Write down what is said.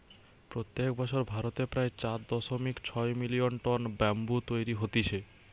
প্রত্যেক বছর ভারতে প্রায় চার দশমিক ছয় মিলিয়ন টন ব্যাম্বু তৈরী হতিছে